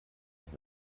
auch